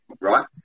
right